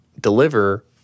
deliver